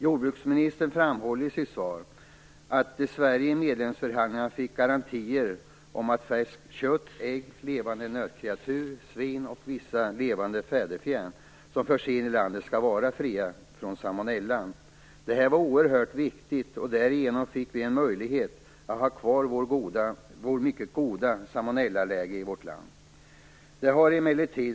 Jordbruksministern framhåller i sitt svar att Sverige i medlemsförhandlingarna fick garantier för att färskt kött, ägg, levande nötkreatur, svin och vissa levande fjäderfän som förs in i landet skall vara fria från salmonella. Detta var oerhört viktigt. Därigenom fick vi i Sverige en möjlighet att ha kvar det mycket goda salmonellaläget i vårt land.